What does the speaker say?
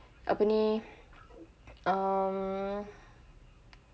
apa ni um